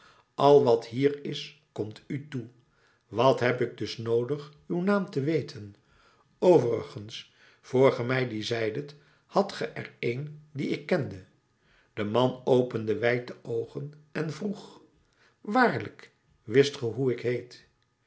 al wat hier is komt u toe wat heb ik dus noodig uw naam te weten overigens voor ge mij dien zeidet hadt ge er een dien ik kende de man opende wijd de oogen en vroeg waarlijk wist ge hoe ik heet